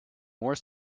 more